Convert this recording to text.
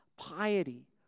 Piety